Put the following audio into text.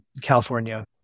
California